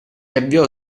avviò